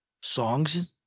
songs